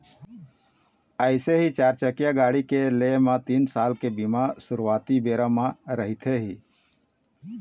अइसने ही चारचकिया गाड़ी के लेय म तीन साल के बीमा सुरुवाती बेरा म रहिथे ही